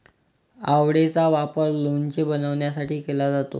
आवळेचा वापर लोणचे बनवण्यासाठी केला जातो